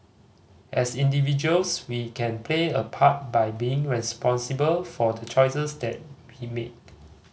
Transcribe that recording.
as individuals we can play a part by being responsible for the choices that we make